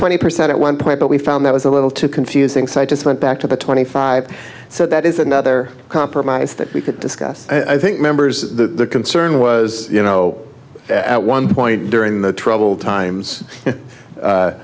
twenty percent at one point but we found that was a little too confusing so i just went back to the twenty five so that is another compromise that we could discuss i think members the concern was you know at one point during the troubled times